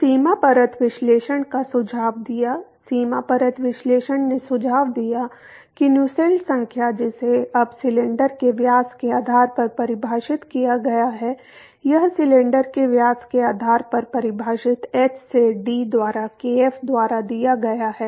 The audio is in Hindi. तो सीमा परत विश्लेषण का सुझाव दिया सीमा परत विश्लेषण ने सुझाव दिया कि नुसेल्ट संख्या जिसे अब सिलेंडर के व्यास के आधार पर परिभाषित किया गया है यह सिलेंडर के व्यास के आधार पर परिभाषित h से d द्वारा kf द्वारा दिया गया है